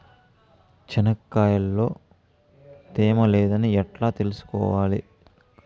చెనక్కాయ లో తేమ లేదని ఎట్లా తెలుసుకోవాలి?